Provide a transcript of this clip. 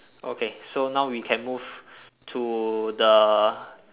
okay so now we can move to the